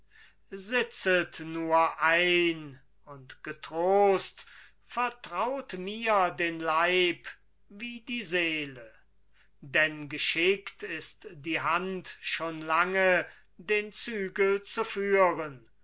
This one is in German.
sitzet nur ein und getrost vertraut mir den leib wie die seele denn geschickt ist die hand schon lange den zügel zu führen